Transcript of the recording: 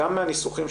גם מהניסוחים,